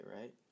right